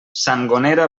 sangonera